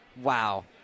wow